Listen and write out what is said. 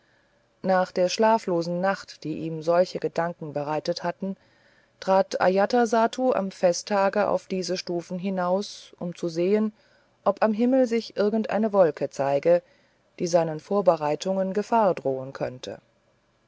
nach der schlaflosen nacht die ihm solche gedanken bereitet hatten trat ajatasattu am festtage auf diese stufen hinaus um zu sehen ob am himmel sich irgendeine wolke zeige die seinen vorbereitungen gefahr drohen könnte